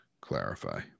clarify